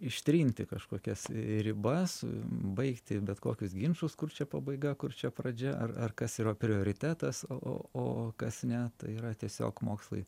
ištrinti kažkokias ribas baigti bet kokius ginčus kur čia pabaiga kur čia pradžia ar ar kas yra prioritetas o o o kas ne tai yra tiesiog mokslai